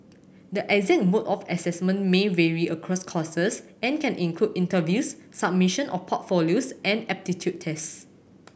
the exact mode of assessment may vary across courses and can include interviews submission of portfolios and aptitude test